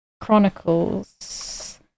Chronicles